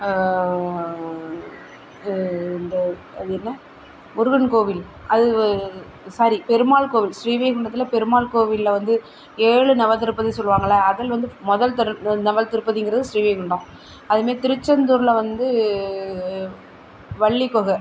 இந்த அது என்ன முருகன் கோவில் அது வே சாரி பெருமாள் கோவில் ஸ்ரீ வைகுண்டத்தில் பெருமாள் கோவிலில் வந்து ஏழு நவ திருப்பதி சொல்லுவாங்களே அதில் வந்து முதல் தளம் நவ திருப்பதிங்கிறது ஸ்ரீ வைகுண்டம் அது மாரி திருச்செந்தூரில் வந்து வள்ளி கொகை